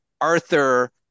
Arthur